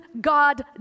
God